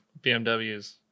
BMWs